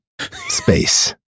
space